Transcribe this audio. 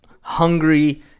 hungry